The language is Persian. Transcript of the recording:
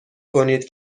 کنید